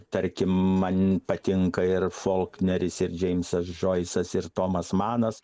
tarkim man patinka ir folkneris ir džeimsas džoisas ir tomas manas